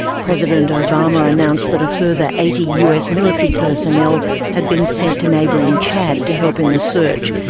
president obama announced that a further eighty us military personnel had been sent to neighbouring chad to help in the search,